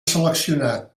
seleccionat